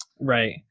right